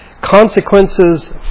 Consequences